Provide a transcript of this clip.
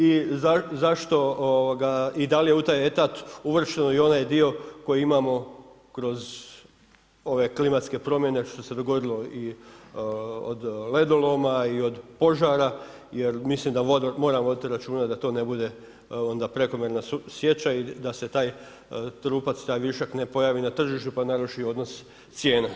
I zašto i da li je u taj etat uvršten i onaj dio koji imamo kroz ove klimatske promjene što se dogodilo i od ledoloma i od požara, jer mislim da moramo voditi računa da to ne bude onda prekomjerna sjeća i da se taj trupac, taj višak ne pojavi na tržištu pa naruši odnos cijena.